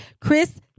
Chris